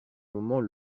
moment